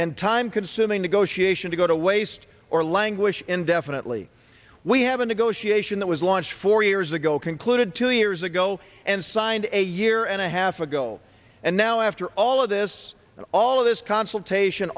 and time consuming to go she ation to go to waste or languish indefinitely we have a negotiation that was launched four years ago concluded two years ago and signed a year and a half ago and now after all of this all of this consultation